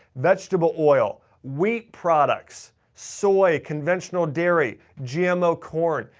vegetable oil, wheat products, soy, conventional dairy, gmo corn,